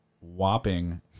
whopping